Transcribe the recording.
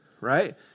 right